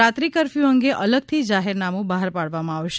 રાત્રી કરફયુ અંગે અલગથી જાહેરનામું બહાર પાડવામાં આવશે